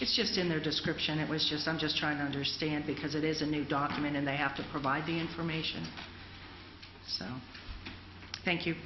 just in their description it was just i'm just trying to understand because it is a new document and they have to provide the information so thank you